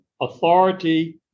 authority